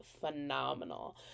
phenomenal